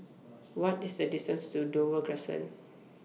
What IS The distance to Dover Crescent